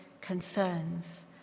concerns